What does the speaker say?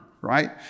right